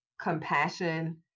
compassion